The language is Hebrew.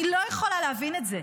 אני לא יכולה להבין את זה.